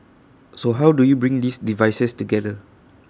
so how do you bring these devices together